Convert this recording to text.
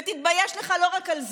ותתבייש לך לא רק על זה,